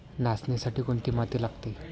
नाचणीसाठी कोणती माती लागते?